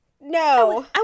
No